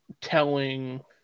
telling